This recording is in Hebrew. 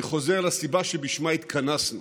אני חוזר לסיבה שלשמה התכנסנו.